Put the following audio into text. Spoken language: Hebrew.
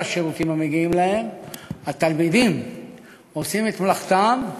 השירותים המגיעים להן התלמידים עושים את מלאכתם,